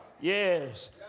Yes